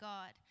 God